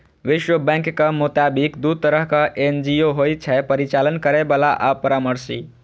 विश्व बैंकक मोताबिक, दू तरहक एन.जी.ओ होइ छै, परिचालन करैबला आ परामर्शी